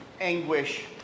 anguish